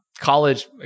college